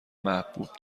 محبوب